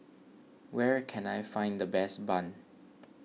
where can I find the best Bun